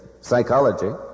psychology